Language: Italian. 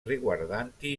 riguardanti